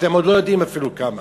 אתם עוד לא יודעים אפילו כמה.